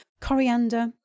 coriander